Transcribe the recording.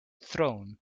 thrown